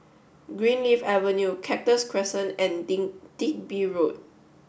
Greenleaf Avenue Cactus Crescent and Digby Road